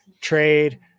trade